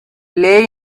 lay